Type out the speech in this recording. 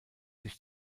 sich